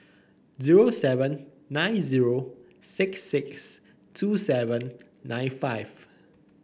zero seven nine zero six six two seven nine five